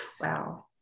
wow